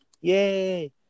Yay